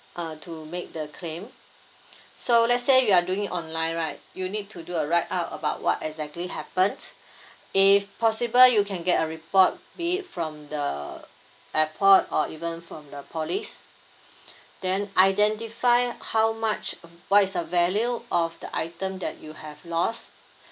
uh to make the claim so let's say you are doing it online right you need to do a write up about what exactly happened if possible you can get a report be it from the airport or even from the police then identify how much what is the value of the item that you have lost